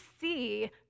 see